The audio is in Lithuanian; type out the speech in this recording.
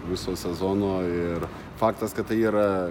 viso sezono ir faktas kad tai yra